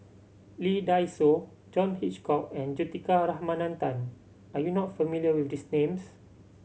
Lee Dai Soh John Hitchcock and Juthika Ramanathan are you not familiar with these names